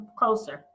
closer